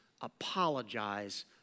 apologize